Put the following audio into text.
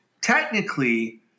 technically